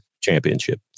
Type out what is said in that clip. championship